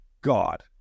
God